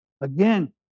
Again